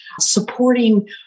supporting